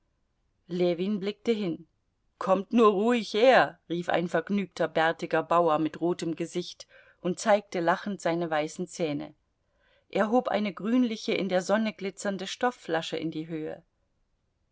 ljewin blickte hin kommt nur ruhig her rief ein vergnügter bärtiger bauer mit rotem gesicht und zeigte lachend seine weißen zähne er hob eine grünliche in der sonne glitzernde stoffflasche in die höhe